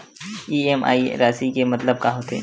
EMI राशि के मतलब का होथे?